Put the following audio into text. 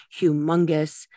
humongous